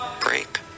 break